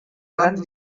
gran